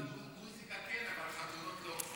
מוזיקה כן, אבל חתונות, לא.